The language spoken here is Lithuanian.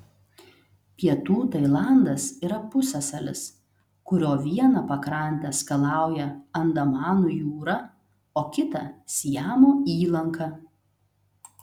pietų tailandas yra pusiasalis kurio vieną pakrantę skalauja andamanų jūra o kitą siamo įlanka